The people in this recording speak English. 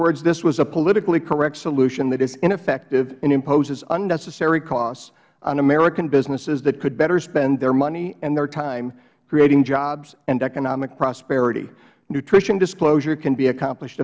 words this was a politically correct solution that is ineffective and imposes unnecessary costs on american businesses that could better spend their money and their time creating jobs and economic prosperity nutrition disclosure can be accomplished